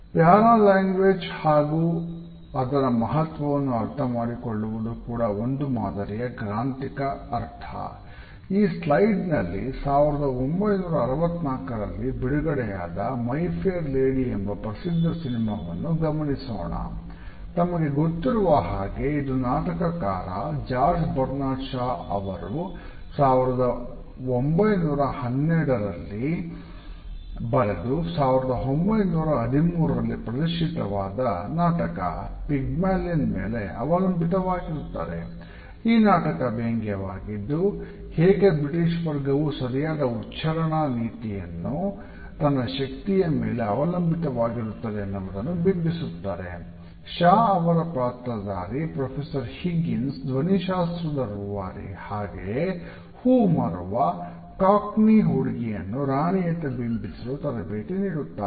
para language ಹುಡುಗಿಯನ್ನು ರಾಣಿಯಂತೆ ಬಿಂಬಿಸಲು ತರಬೇತಿ ನೀಡುತ್ತಾರೆ